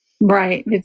Right